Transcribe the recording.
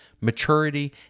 maturity